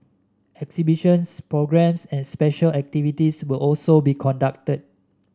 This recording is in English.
exhibitions programmes and special activities will also be conducted